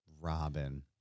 Robin